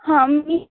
हां मी